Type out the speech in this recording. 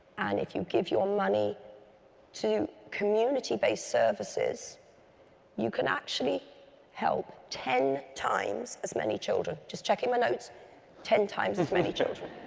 and if you give your money to community-based services you can actually help ten times as many children. just checking my notes ten times as many children.